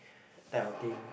type of thing